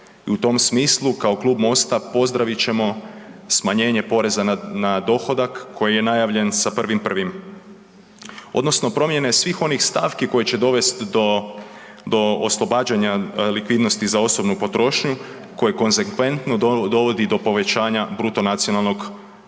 u tom smislu kao Klub MOST-a pozdravit ćemo smanjenje poreza na, na dohodak koji je najavljen sa 1.1. odnosno promijene svih onih stavki koje će dovest do, do oslobađanja likvidnosti za osobnu potrošnju koje konzekventno dovodi do povećanja bruto nacionalnog dohotka.